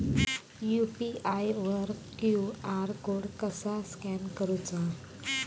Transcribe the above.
UPI वर QR code कसा scan करूचा?